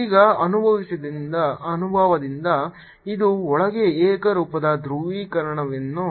ಈಗ ಅನುಭವದಿಂದ ಇದು ಒಳಗೆ ಏಕರೂಪದ ಧ್ರುವೀಕರಣವನ್ನು